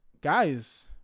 Guys